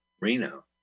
Reno